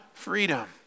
freedom